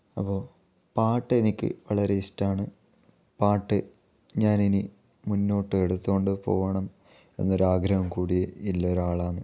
അപ്പോൾ പാട്ട് എനിക്ക് വളരെ ഇഷ്ടമാണ് പാട്ട് ഞാൻ ഇനി മുന്നോട്ട് എടുത്തുകൊണ്ട് പോകണം എന്നൊരു ആഗ്രഹം കൂടി ഉള്ള ഒരാളാണ്